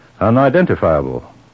unidentifiable